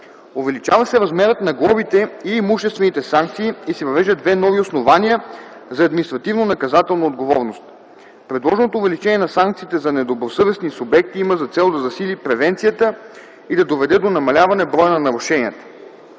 Увеличава се размерът на глобите и имуществените санкции и се въвеждат две нови основания за административно-наказателна отговорност. Предложеното увеличение на санкциите за недобросъвестни субекти има за цел да засили превенцията и да доведе до намаляване броя на нарушенията.